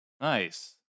Nice